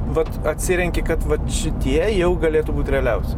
vat atsirenki kad vat šitie jau galėtų būti realiausi